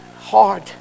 hard